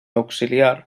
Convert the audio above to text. auxiliar